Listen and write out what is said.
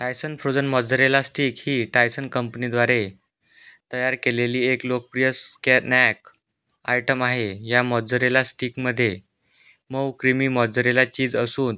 Tyson frozen mozzarella stick ही Tyson कंपनीद्वारे तयार केलेली एक लोकप्रिय स्कॅनॅक आयटम आहे या मॉजरेला स्टिकमध्ये मऊ क्रीमी मॉजरेला चीज असून